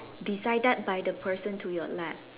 decided by the person to your left